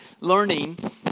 learning